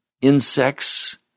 insects